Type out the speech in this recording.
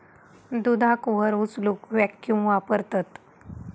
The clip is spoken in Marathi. दुधाक वर उचलूक वॅक्यूम वापरतत